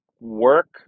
work